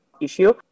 issue